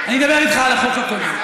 אני אדבר איתך על החוק הקודם.